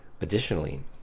Additionally